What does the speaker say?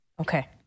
Okay